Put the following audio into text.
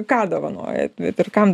ką dovanojat bet ir kam